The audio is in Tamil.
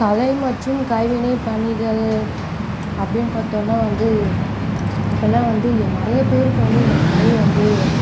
கலை மற்றும் கைவினை பணிகள் அப்படின்னு பார்த்தோனா வந்து இப்போலாம் வந்து நிறைய பேருக்கு வந்து இந்த கலை வந்து